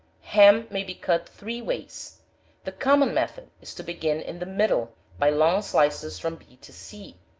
ham may be cut three ways the common method is to begin in the middle, by long slices from b to c,